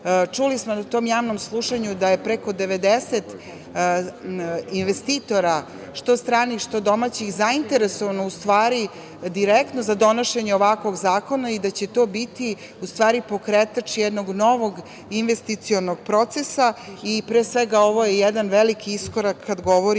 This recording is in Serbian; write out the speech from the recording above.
smo na tom Javnom slušanju da je preko 90 investitora, što stranih, što domaćih, zainteresovano u stvari direktno za donošenje ovakvog zakona i da će to biti u stvari pokretač jednog novog investicionog procesa i pre svega ovo je jedan veliki iskorak kada govorimo